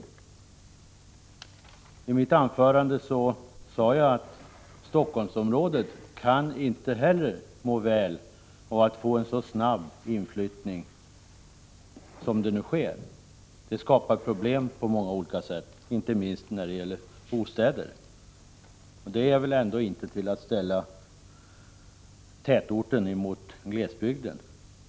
Men i mitt huvudanförande sade jag att det inte heller för Helsingforssområdet kan vara bra med en så snabb inflyttning som den som nu sker. På det sättet uppstår många olika problem, inte minst när det gäller bostäderna. Men att säga det är väl ändå inte detsamma som att ställa tätort mot glesbygd.